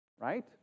right